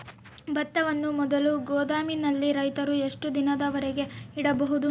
ಭತ್ತವನ್ನು ಮೊದಲು ಗೋದಾಮಿನಲ್ಲಿ ರೈತರು ಎಷ್ಟು ದಿನದವರೆಗೆ ಇಡಬಹುದು?